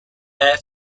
air